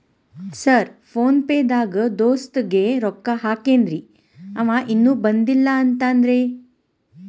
Sir PhonePe ದಾಗ ದೋಸ್ತ್ ಗೆ ರೊಕ್ಕಾ ಹಾಕೇನ್ರಿ ಅಂವ ಇನ್ನು ಬಂದಿಲ್ಲಾ ಅಂತಾನ್ರೇ?